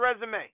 resume